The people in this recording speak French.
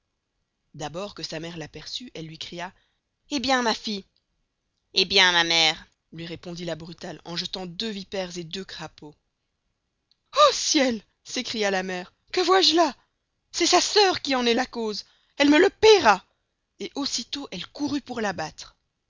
d'abord que sa mere l'aperceut elle luy cria hé bien ma fille hé bien ma mere luy repondit la brutale en jettant deux viperes et deux crapaus o ciel s'écria la mere que vois-je là c'est sa sœur qui en est cause elle me le payera et aussi tost elle courut pour la